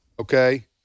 okay